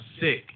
sick